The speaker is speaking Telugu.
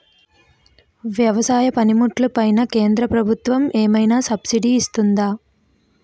వ్యవసాయ పనిముట్లు పైన కేంద్రప్రభుత్వం ఏమైనా సబ్సిడీ ఇస్తుందా?